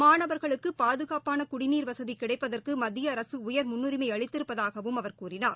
மாணவர்களுக்குபாதுகாப்பானகுடிநீர் வசதிகிடைப்பதற்குமத்தியஅரசுஉயர் முன்னுரிமைஅளித்திருப்பதாகவும் அவர் கூறினார்